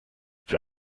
für